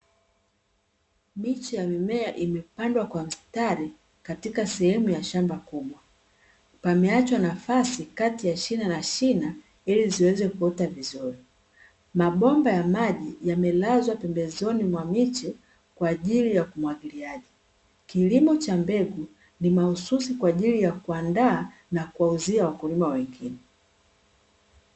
Miche ya mimea imepandwa kwa mistari katika sehemu yaa shamba kubwa, pameachwa nafasi kati ya shina na shina ili ziweze kuota vizuri. Mabomba ya maji yamelazwa pembezoni mwa miche kwa ajili ya umwagiliaji. Kilimo. cha mbegu, ni mahususi kwa ajili ya kuandaa na kuwauzia wakulima wengine.